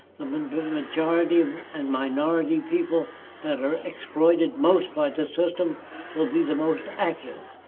um and the majority and minority people that are exploited most by this system will be the most active.